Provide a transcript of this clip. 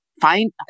find